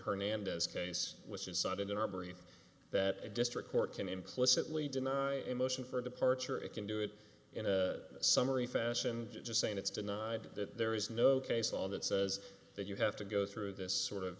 hernandez case which is cited in our brief that a district court can implicitly deny a motion for a departure it can do it in a summary fashion just saying it's denied that there is no case law that says that you have to go through this sort of